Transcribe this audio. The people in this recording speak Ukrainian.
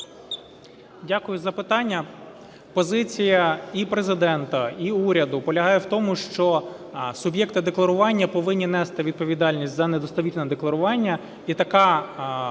Дякую за питання. Позиція і Президента, і уряду полягає в тому, що суб'єкти декларування повинні нести відповідальність за недостовірне декларування,